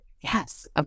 Yes